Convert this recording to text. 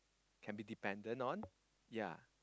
can be dependent on ya